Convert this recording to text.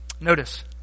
Notice